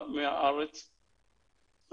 מהארץ,